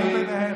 גם מטעמי,